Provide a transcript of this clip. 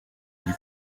lui